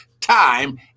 time